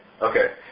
Okay